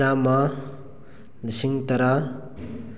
ꯆꯥꯝꯃ ꯂꯤꯁꯤꯡ ꯇꯔꯥ